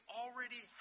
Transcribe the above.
already